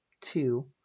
two